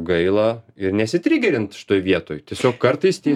gaila ir nesitrigerint šitoj vietoj tiesiog kartais tie